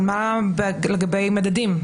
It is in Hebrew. אבל מה לגבי מדדים?